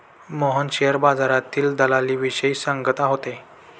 Mohan share बाजारातील दलालीविषयी सांगत होते